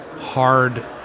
hard